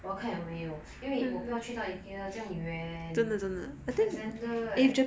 我要看有没有因为我不要去到 ikea 这样远 alexander eh